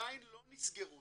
עדיין לא נסגרו